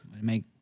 Make